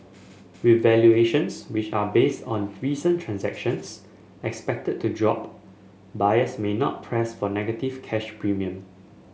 with valuations which are based on recent transactions expected to drop buyers may not press for negative cash premium